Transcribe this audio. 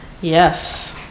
Yes